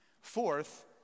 Fourth